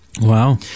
Wow